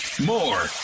more